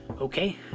Okay